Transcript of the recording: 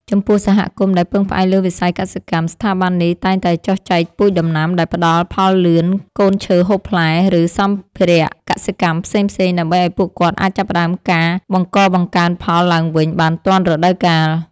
ចំពោះសហគមន៍ដែលពឹងផ្អែកលើវិស័យកសិកម្ម ស្ថាប័ននេះតែងតែចុះចែកពូជដំណាំដែលផ្ដល់ផលលឿន កូនឈើហូបផ្លែ ឬសម្ភារកសិកម្មផ្សេងៗ ដើម្បីឱ្យពួកគាត់អាចចាប់ផ្ដើមការបង្កបង្កើនផលឡើងវិញបានទាន់រដូវកាល។